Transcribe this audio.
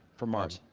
from mars?